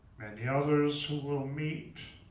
yeah others who will meet,